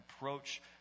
approach